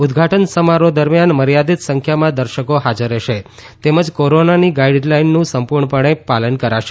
ઉદઘાટન સમારોહ દરમિયાન મર્યાદિત સંખ્યામાં દર્શકો હાજર રહેશે તેમજ કોરોનાની ગાઇડલાઇનનું સંપુર્ણ પણે પાલન કરાશે